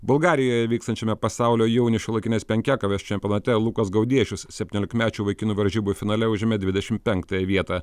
bulgarijoje vykstančiame pasaulio jaunių šiuolaikinės penkiakovės čempionate lukas gaudiešius septyniolikmečių vaikinų varžybų finale užėmė dvidešim penktąją vietą